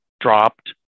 dropped